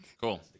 Cool